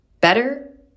Better